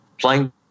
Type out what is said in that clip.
playing